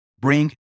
bring